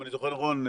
אם אני זוכר נכון,